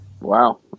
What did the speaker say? wow